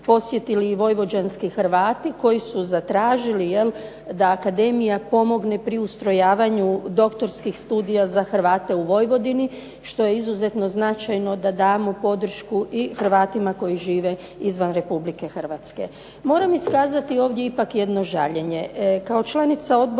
posjetili i vojvođanski Hrvati, koji su zatražili jel da akademija pomogne pri ustrojavanju doktorskih studija za Hrvate u Vojvodini, što je izuzetno značajno da damo podršku i Hrvatima koji žive izvan Republike Hrvatske. Moram iskazati ovdje ipak jedno žaljenje.